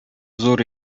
зур